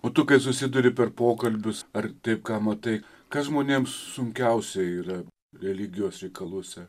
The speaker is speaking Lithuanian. o tu kai susiduri per pokalbius ar taip ką matai kas žmonėms sunkiausia yra religijos reikaluose